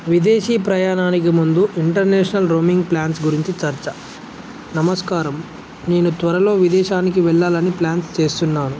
విదేశీ ప్రయాణానికి ముందు ఇంటర్నేషనల్ రోమింగ్ ప్లాన్స్ గురించి చర్చా నమస్కారం నేను త్వరలో విదేశానికి వెళ్ళాలని ప్లాన్స్ చేస్తున్నాను